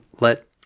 let